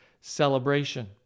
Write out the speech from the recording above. celebration